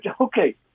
okay